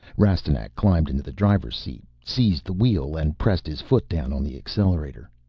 rastignac climbed into the driver's seat, seized the wheel and pressed his foot down on the accelerator.